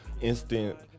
instant